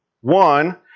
One